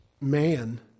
man